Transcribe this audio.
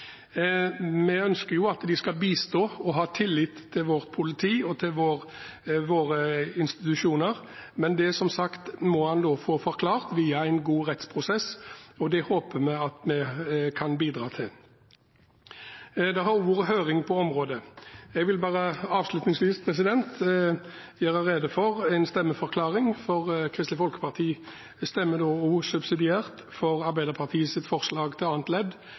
Vi ønsker jo at de skal bistå og ha tillit til vårt politi og til våre institusjoner, men det må, som sagt, bli forklart via en god rettsprosess, og det håper vi at vi kan bidra til. Det har også vært høring på området. Jeg vil bare avslutningsvis gjøre rede for en stemmeforklaring. Kristelig Folkeparti stemmer subsidiært for Arbeiderpartiet og Senterpartiets forslag til annet ledd.